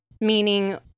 meaning